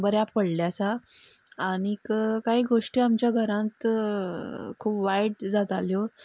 बऱ्या पडले आसा आनीक काही गोष्टी आमच्या घरांत खूब वायट जाताल्यो